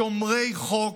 שומרי חוק,